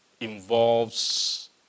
involves